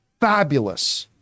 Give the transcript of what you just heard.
fabulous